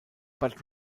but